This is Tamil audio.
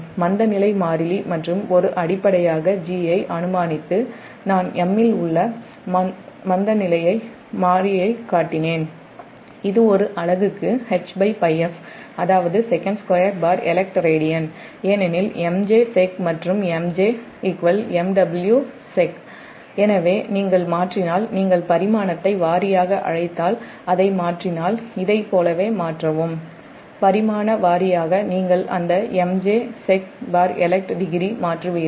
மந்தநிலை மாறிலி மற்றும் ஒரு அடிப்படையாக G ஐ அனுமானித்து நான் M இல் உள்ள மந்தநிலை மாறியைக் காட்டினேன் இது ஒரு அலகுக்கு Hπf அதாவது sec2elect radian ஏனெனில் MJ Sec மற்றும் MJMW Sec எனவே நீங்கள் மாற்றினால் நீங்கள் பரிமாணத்தை வாரியாக அழைத்தால் இதைப் போலவே மாற்றவும் பரிமாண வாரியாக நீங்கள் அந்த MJ Sec elect degreeமாற்றுவீர்கள்